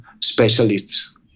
specialists